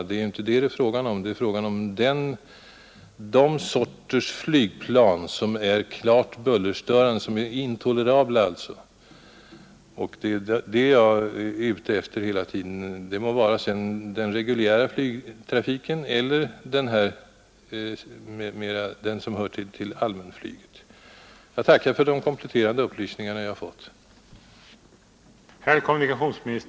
Det är inte det det är fråga om utan om alla de sorters flygplan, som får anses klart och alltför bullerstörande, alltså inte tolerabla ur bullersynpunkt. Det är detta jag hela tiden varit ute efter, de må sedan gälla den reguljära trafiken eller den som hör till allmänflyget. Jag tackar för de kompletterande upplysningar jag har fått.